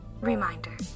Reminder